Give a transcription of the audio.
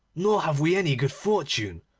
nor have we any good fortune,